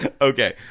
Okay